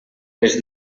les